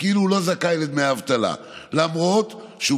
הוא כאילו לא זכאי לדמי אבטלה למרות שהוא